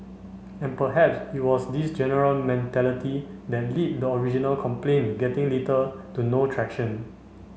and perhaps it was this general mentality that lead to the original complaint getting little to no traction